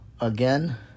again